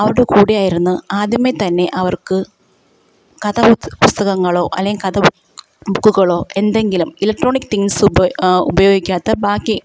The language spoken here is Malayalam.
അവരുടെ കൂടെയായിരുന്ന് ആദ്യമേ തന്നെ അവർക്ക് കഥകൾ പുസ്തകങ്ങളോ അല്ലെങ്കി കഥ ബുക്കുകളോ എന്തെങ്കിലും ഇലക്ട്രോണിക് തിങ്ങ്സ് ഉപ ഉപയോഗിക്കാത്ത ബാക്കി